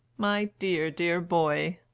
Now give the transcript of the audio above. my dear, dear boy!